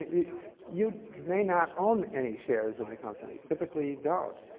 you you may not own any shares in the company. typically, you don't.